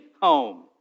home